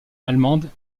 allemande